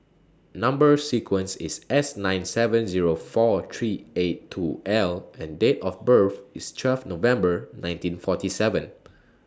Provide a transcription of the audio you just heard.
Number sequence IS S nine seven Zero four three eight two L and Date of birth IS twelve November nineteen forty seven